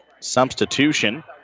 substitution